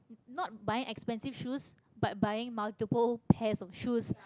not buying expensive shoes but buying multiple pairs of shoes